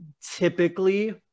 typically